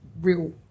real